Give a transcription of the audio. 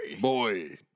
boy